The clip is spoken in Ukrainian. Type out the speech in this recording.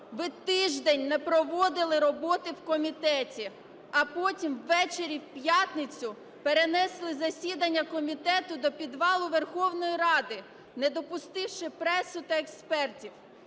ви тиждень не проводили роботи в комітеті, а потім увечері в п'ятницю перенесли засідання комітету до підвалу Верховної Ради, не допустивши пресу та експертів.